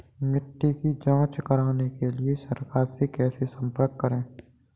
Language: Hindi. मिट्टी की जांच कराने के लिए सरकार से कैसे संपर्क करें?